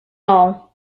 all